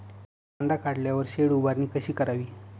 कांदा काढल्यावर शेड उभारणी कशी करावी?